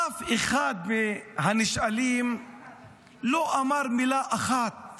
אף אחד מהנשאלים לא אמר מילה אחת